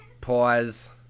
Pause